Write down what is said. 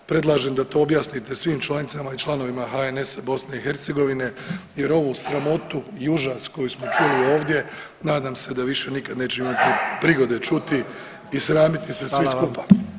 Predlažem da to objasnite svim članicama i članovima HNS-a BiH jer ovu sramotu i užas koju smo čuli ovdje nadam se da više nikad nećemo imati prigode čuti i sramite se [[Upadica: Hvala vam.]] svi skupa.